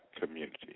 community